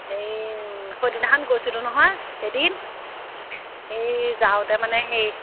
এই সেইদিনাখন গৈছিলোঁ নহয় এদি এই যাওঁতে মানে হেৰি